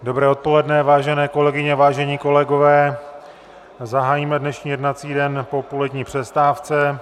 Dobré odpoledne, vážené kolegyně, vážení kolegové, zahájíme dnešní jednací den po polední přestávce.